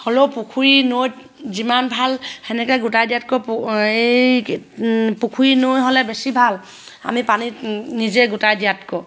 হ'লেও পুখুৰী নৈত যিমান ভাল সেনেকৈ গোটাই দিয়াতকৈ পু এই পুখুৰী নৈ হ'লে বেছি ভাল আমি পানীত নিজে গোটাই দিয়াতকৈও